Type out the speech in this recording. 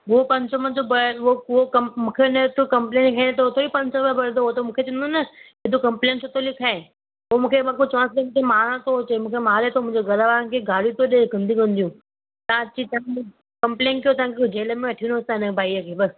उहो पंज सौ मुंहिंजो बया हो हो कं मूंखे हिनजो कपंलेन लिखाइणो त हो थोए पंज सौ रुपिया भरंदो हो त मूंखे चवंदो न तू कंप्लेन छो थो लिखाए पोइ मूंखे कुझु चवां थी त मारण थो अचे मूंखे मारे थो मुंहिंजे घर वारनि खे गारियूं त ॾे गंदियूं गंदियूं कंप्लेन कयो तव्हांखे जेल में अचणो अथव हिन भई खे बसि